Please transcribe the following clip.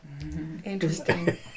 Interesting